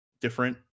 different